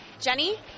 Jenny